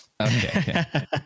Okay